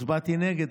הצבעתי נגד,